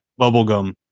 bubblegum